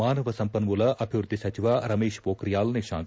ಮಾನವ ಸಂಪನ್ನೂಲ ಅಭಿವೃದ್ದಿ ಸಚಿವ ರಮೇಶ್ ಪೋಕ್ರಿಯಾಲ್ ನಿಶಾಂಕ್